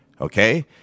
Okay